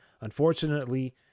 Unfortunately